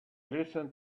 listened